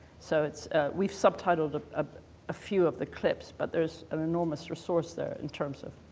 so it's we've subtitled a ah few of the clips but there's an enormous resource there in terms of.